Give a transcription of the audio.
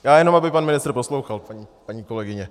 Já jenom aby pan ministr poslouchal, paní kolegyně.